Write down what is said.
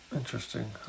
Interesting